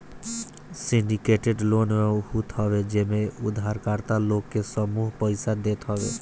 syndicated loan उ होत हवे जेमे उधारकर्ता लोग के समूह पईसा देत हवे